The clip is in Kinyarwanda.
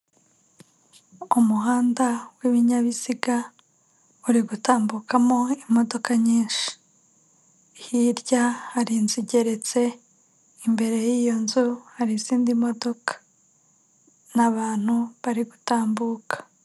Umuhanda w'ibinyabiziga uri gutambukamo imodoka nyinshi, hirya hari inzu igeretse, imbere y'iyo nzu hari izindi modoka n'abantu bari gutambuka.